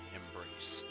embrace